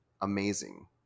amazing